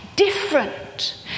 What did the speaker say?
different